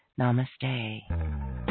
Namaste